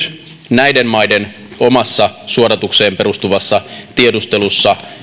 näiden maiden omassa suodatukseen perustuvassa tiedustelussa